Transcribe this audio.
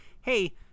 hey